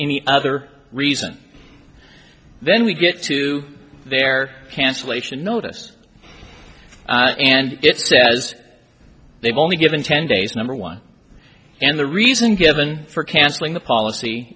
any other reason then we get to their cancellation notice and it says they've only given ten days number one and the reason given for cancelling the policy